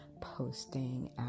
posting